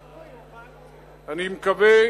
אני מקווה